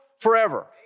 forever